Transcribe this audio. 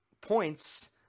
points